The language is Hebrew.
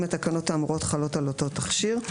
אם התקנות האמורות חולות על אותו תכשיר.